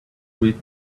week